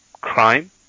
crime